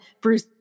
Bruce